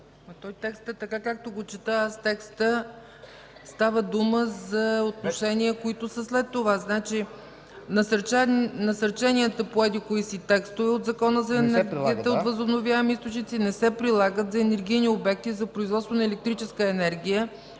В текста, така както го чета, става дума за отношения, които са след това: „Насърченията по” еди-кои си текстове „от Закона за енергията от възобновяеми източници не се прилагат за енергийните обекти за производство на електрическа енергия